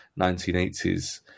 1980s